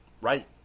Right